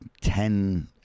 ten